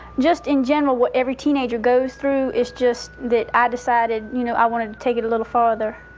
just in general, what every teenager goes through, it's just that i decided, you know, i wanted to take it a little further.